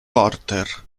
porter